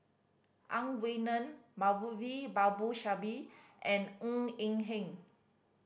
Ang Wei Neng Moulavi Babu Sahib and Ng Eng Hen